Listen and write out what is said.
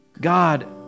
God